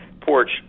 porch